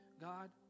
God